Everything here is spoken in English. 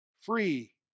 free